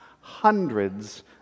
hundreds